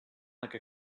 like